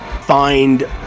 find